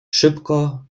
szybko